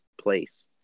place